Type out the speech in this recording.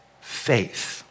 faith